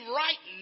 right